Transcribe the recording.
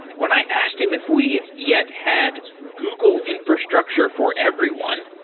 when i asked him if we yet had google infrastructure for everyone,